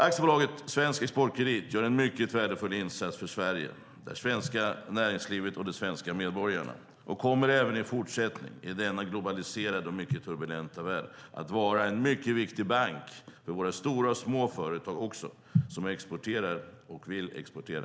Aktiebolaget Svensk Exportkredit gör en mycket värdefull insats för Sverige, det svenska näringslivet och de svenska medborgarna och kommer även i fortsättningen i denna globaliserade och mycket turbulenta värld att vara en mycket viktig bank för våra stora och små företag som exporterar och vill exportera.